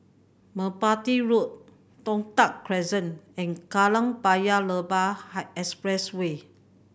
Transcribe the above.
Merpati Road Toh Tuck Crescent and Kallang Paya Lebar Expressway